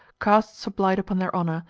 casts a blight upon their honor,